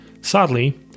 Sadly